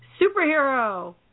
superhero